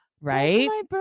right